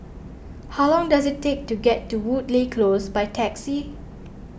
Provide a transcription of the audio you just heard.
how long does it take to get to Woodleigh Close by taxi